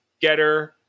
getter